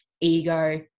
ego